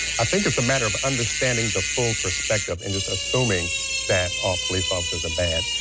i think it's a matter of understanding the full perspective and just assuming that all police officers are bad.